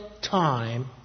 time